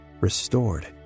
restored